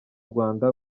rwanda